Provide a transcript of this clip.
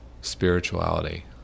spirituality